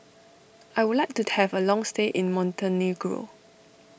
I would like to have a long stay in Montenegro